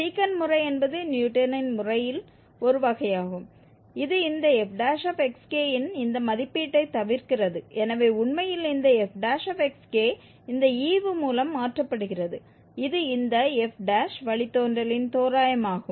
secant முறை என்பது நியூட்டனின் முறையின் ஒரு வகையாகும் இது இந்த f இன் இந்த மதிப்பீட்டை தவிர்க்கிறது எனவே உண்மையில் இந்த f இந்த ஈவு மூலம் மாற்றப்படுகிறது இது இந்த f வழித்தோன்றலின் தோராயமாகும்